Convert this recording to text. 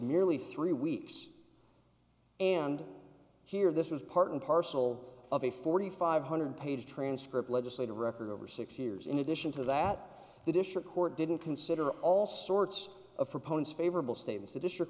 nearly three weeks and here this was part and parcel of a forty five hundred page transcript legislative record over six years in addition to that the district court didn't consider all sorts of proponents favorable status the district